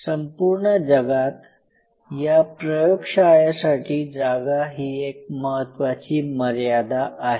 संपूर्ण जगात या प्रयोगशाळेसाठी जागा ही एक महत्त्वाची मर्यादा आहे